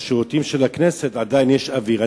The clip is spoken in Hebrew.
בשירותים של הכנסת, יש אוויר.